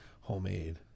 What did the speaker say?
homemade